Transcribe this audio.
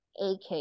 AK